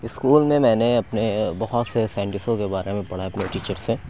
school میں میں نے اپنے بہت سے سائنٹسوں کے بارے میں پڑھا ہے اپنے ٹیچر سے